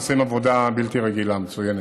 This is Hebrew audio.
עושים עבודה בלתי רגילה, מצוינת.